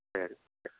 சரி சரி